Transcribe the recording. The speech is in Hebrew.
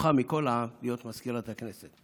שזוכה מכל העם להיות מזכירת הכנסת.